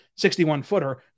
61-footer